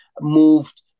moved